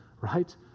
right